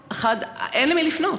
ואין למי לפנות.